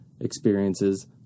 experiences